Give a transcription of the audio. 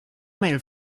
mail